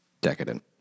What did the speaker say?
decadent